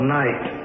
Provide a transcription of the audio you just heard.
night